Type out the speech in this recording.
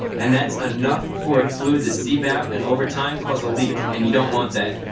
and that's enough for fluid to seep out and over time cause a leak. and you don't want that.